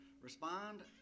respond